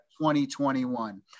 2021